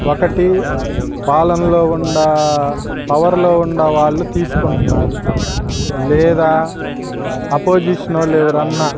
ఒకటి పాలనలో ఉన్నా పవర్లో ఉన్న వాళ్ళు తీసుకుంటున్నారు లేదా అపోజిషన్వారు ఎవరైనా